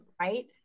right